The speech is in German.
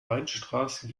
weinstraße